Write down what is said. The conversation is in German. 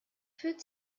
führt